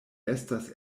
estas